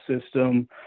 system